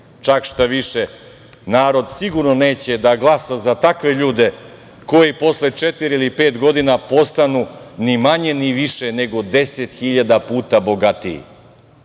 Čak, štaviše, narod sigurno neće da glasa za takve ljude koji posle četiri ili pet godina postanu ni manje ni više nego deset hiljada puta bogatiji.